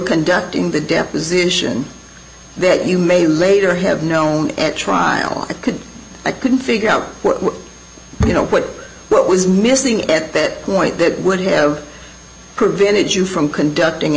conducting the deposition that you may later have known at trial could i couldn't figure out you know what what was missing at that point that would have prevented you from conducting